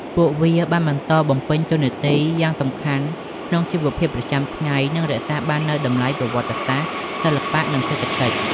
ពួកវាបានបន្តបំពេញតួនាទីយ៉ាងសំខាន់ក្នុងជីវភាពប្រចាំថ្ងៃ និងរក្សាបាននូវតម្លៃប្រវត្តិសាស្ត្រ សិល្បៈ និងសេដ្ឋកិច្ច។